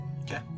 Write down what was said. Okay